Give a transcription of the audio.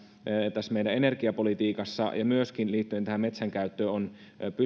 tässä meidän energiapolitiikassa ja myöskin liittyen metsänkäyttöön puolueiden on